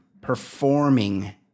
performing